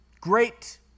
Great